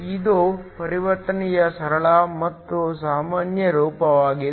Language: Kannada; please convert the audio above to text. ಇದು ಪರಿವರ್ತನೆಯ ಸರಳ ಮತ್ತು ಸಾಮಾನ್ಯ ರೂಪವಾಗಿದೆ